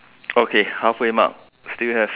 okay half way mark still we have